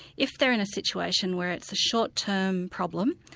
if they're in a situation where it's a short-term problem,